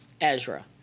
Ezra